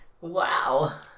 Wow